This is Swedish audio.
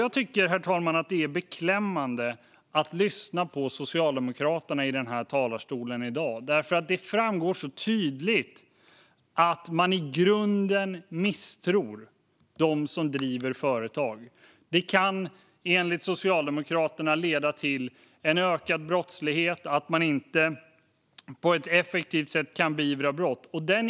Jag tycker att det är beklämmande att lyssna på Socialdemokraterna i talarstolen i dag, för det framgår så tydligt att de i grunden misstror dem som driver företag. Företagande kan enligt Socialdemokraterna leda till ökad brottslighet och att man inte kan beivra brott på ett effektivt sätt.